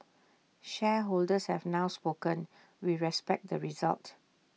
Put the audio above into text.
shareholders have now spoken we respect the result